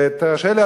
ותרשה לי,